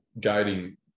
guiding